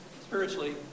spiritually